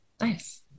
Nice